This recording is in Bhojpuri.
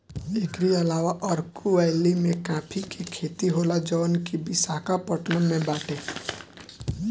एकरी अलावा अरकू वैली में काफी के खेती होला जवन की विशाखापट्टनम में बाटे